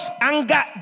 anger